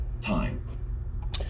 time